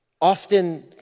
Often